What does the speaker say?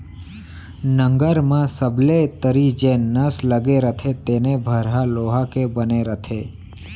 नंगर म सबले तरी जेन नस लगे रथे तेने भर ह लोहा के बने रथे